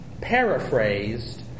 paraphrased